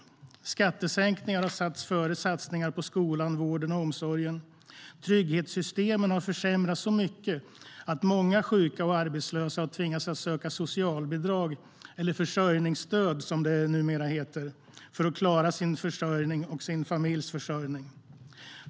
Skattesänkningar har satts före satsningar på skolan, vården och omsorgen. Trygghetssystemen har försämrats så mycket att många sjuka och arbetslösa har tvingats att söka socialbidrag, eller försörjningsstöd som det numera heter, för att klara sin försörjning och sin familjs försörjning.